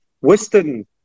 Western